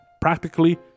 practically